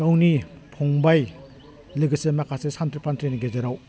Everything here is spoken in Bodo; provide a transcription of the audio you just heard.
गावनि फंबाय लोगोसे माखासे सान्थ्रि फान्थ्रिनि गेजेराव